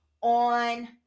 on